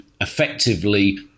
effectively